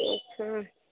अच्छा